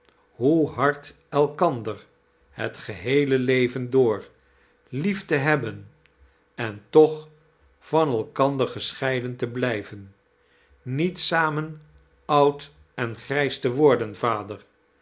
hoe hard elkander liet geheele leven door lief te hebben en toch van elkander gescheideii te blijven niet sameii ouid en grijs te worden vader